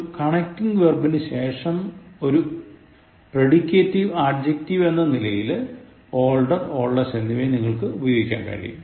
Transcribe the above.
ഒരു connecting verb നു ശേഷം ഒരു pradicative adjective എന്ന നിലയിൽ older oldest എന്നിവയും നിങ്ങൾക്ക് ഉപയോഗിക്കാൻ കഴിയും